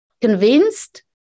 convinced